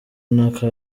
n’aka